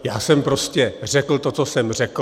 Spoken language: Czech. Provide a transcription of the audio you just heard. Já jsem prostě řekl to, co jsem řekl.